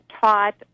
taught